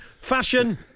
Fashion